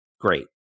Great